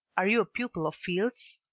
are you a pupil of field's?